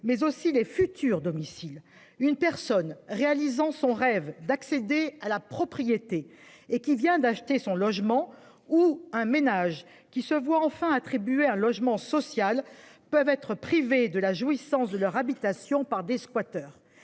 mais aussi les futurs domicile une personne réalisant son rêve d'accéder à la propriété et qui vient d'acheter son logement ou un ménage qui se voit enfin attribuer un logement social peuvent être privés de la jouissance de leur habitation par des squatters.